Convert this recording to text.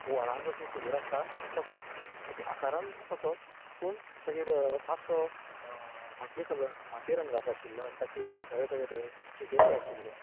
व्हाळान जसो तिगूर आसता तसो आकारान तसोच पूण ताचेर मातसो मात्ये कलर मातये रंगाचो आशिल्लो आनी ताचेर एक धवे धवे धवे चिटयेशे आशिल्ले